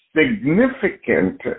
significant